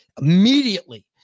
immediately